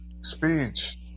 speech